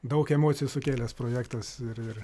daug emocijų sukėlęs projektas ir ir